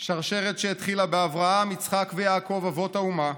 שרשרת שהתחילה באברהם, יצחק ויעקב, אבות האומה,